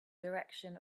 direction